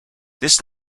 this